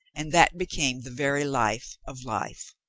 and that became the very life of life.